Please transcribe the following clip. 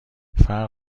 فرق